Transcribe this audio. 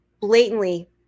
blatantly